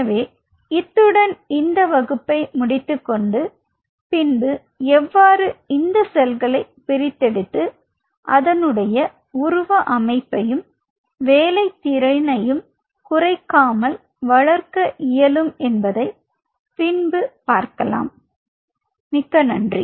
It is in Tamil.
எனவே இத்துடன் இந்த வகுப்பை முடித்துக்கொண்டு பின்பு எவ்வாறு இந்த செல்களை பிரித்தெடுத்து அதனுடைய உருவ அமைப்பையும் வேலைத் திறனையும் குறைக்காமல் வளர்க்க இயலும் என்பதை பின்பு பார்க்கலாம் நன்றி